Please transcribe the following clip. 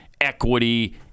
equity